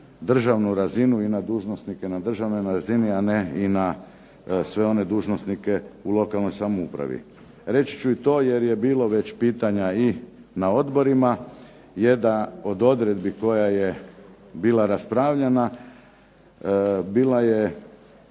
državnu razinu i na dužnosnike na državnoj razini, a ne i na sve one dužnosnike u lokalnoj samoupravi. Reći ću i to jer je bilo već pitanja i na odborima, jedna od odredbi koja je bila raspravljana, bila je